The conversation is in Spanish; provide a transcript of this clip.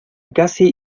casi